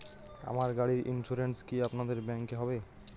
আমার গাড়ির ইন্সুরেন্স কি আপনাদের ব্যাংক এ হবে?